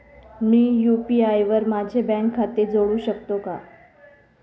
मी UPI वर माझे bank खाते जोडू शकतो का?